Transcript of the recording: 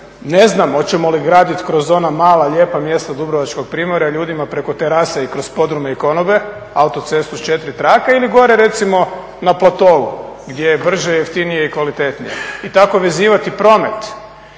ne znam hoćemo li graditi kroz ona mala lijepa mjesta Dubrovačkog primorja ljudima preko terase i kroz podrume i konobe autocestu s 4 trake ili gore recimo na platou gdje je brže, jeftinije i kvalitetnije i tako vezivati promet